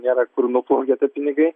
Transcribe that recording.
nėra kur nuplaukė tie pinigai